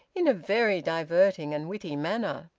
in a very diverting and witty manner.